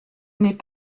n’est